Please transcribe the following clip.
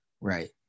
Right